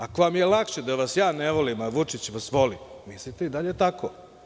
Ako vam je lakše da mislite da vas ja ne volim, a Vučić vas voli, mislite i dalje tako.